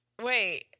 Wait